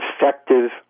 effective